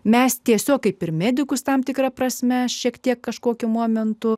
mes tiesiog kaip ir medikus tam tikra prasme šiek tiek kažkokiu momentu